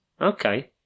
Okay